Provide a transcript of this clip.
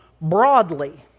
broadly